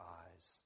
eyes